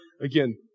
again